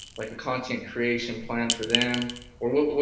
like a content creation plan for them or what what